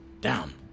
Down